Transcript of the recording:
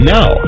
Now